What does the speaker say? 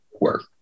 work